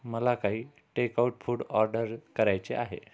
मला काही takeout food order करायचे आहे